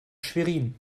schwerin